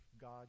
God